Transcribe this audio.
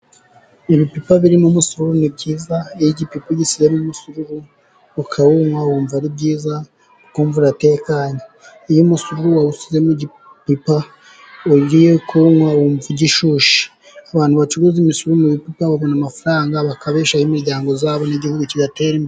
Ibipipa birimo umusoro ni byiza, iyo igipipa ugishyizemo umusururu ukawunywa wumva ari byiza, ukumva uratekanye. Iyo umusururu wawushyize mu gipipa ugiye kuwunywa wumva ushyushye, abantu bacuruza imisururu babona amafaranga, bakabeshaho imiryango yabo, n'igihugu kigatera imbere.